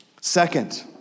Second